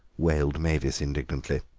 wailed mavis indignantly.